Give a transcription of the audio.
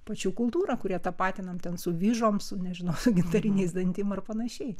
pačių kultūrą kurią tapatiname ten su vyžom su nežinau su gintariniais dantim ir panašiai